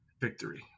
victory